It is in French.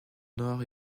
nord